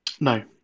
No